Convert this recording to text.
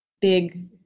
big